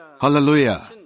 Hallelujah